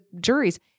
juries